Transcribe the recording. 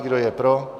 Kdo je pro?